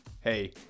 Hey